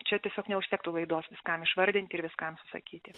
čia tiesiog neužtektų laidos viskam išvardint ir viskam susakyti